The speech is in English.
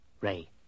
Ray